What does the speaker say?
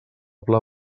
pla